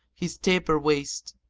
his taper waist,